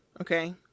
okay